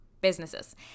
businesses